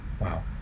Wow